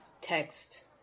text